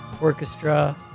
orchestra